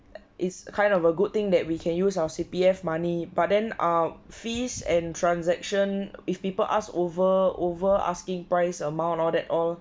it's kind of a good thing that we can use our C_P_F money but then ah fees and transaction if people ask over over asking price amount all at all